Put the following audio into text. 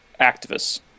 activists